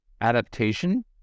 adaptation